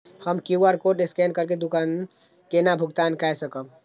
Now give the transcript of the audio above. हम QR code scan करके दुकान केना भुगतान काय सकब?